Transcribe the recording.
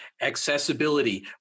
accessibility